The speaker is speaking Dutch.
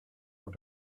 voor